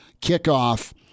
kickoff